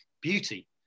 beauty